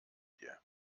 dir